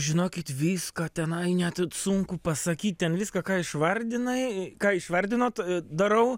žinokit viską tenai net sunku pasakyt ten viską ką išvardinai ką išvardinot darau